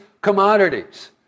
commodities